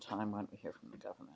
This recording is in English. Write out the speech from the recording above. time on here for the government